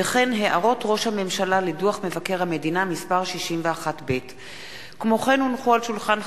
וכן הערות ראש הממשלה לדוח מבקר המדינה מס' 61ב. הסכם